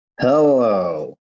Hello